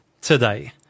today